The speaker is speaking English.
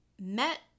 met